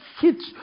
hit